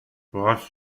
was